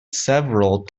several